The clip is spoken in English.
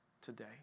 today